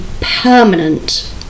permanent